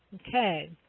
okay.